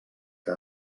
que